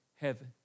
heaven